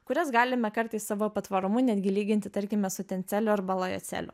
kurias galime kartais savo patvarumu netgi lyginti tarkime su tenceliu arba lojoceliu